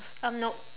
um nope